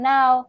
Now